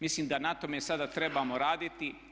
Mislim da na tome sada trebamo raditi.